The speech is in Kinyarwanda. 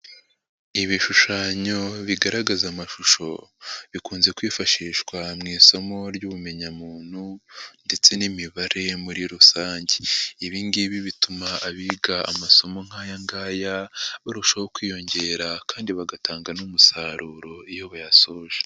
Ibishushanyo bigaragaza amashusho, bikunze kwifashishwa mu isomo ry'ubumenyamuntu, ndetse n'imibare muri rusange. Ibingibi bituma abiga amasomo nk'ayangaya barushaho kwiyongera kandi bagatanga n'umusaruro iyo bayasoje.